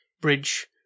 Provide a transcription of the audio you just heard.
bridge